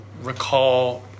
recall